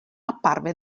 apparve